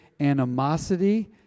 animosity